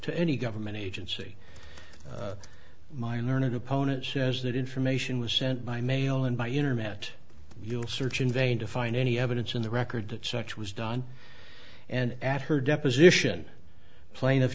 to any government agency my learned opponent says that information was sent by mail and by internet you'll search in vain to find any evidence in the record that such was done and at her deposition plaintiff